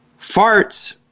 farts